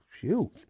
shoot